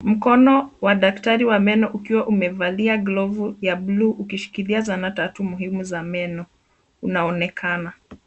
Mkono wa daktari wa meno ukiwa umevalia glavu ya buluu ukishikilia zana tatu muhimu za meno unaonekana.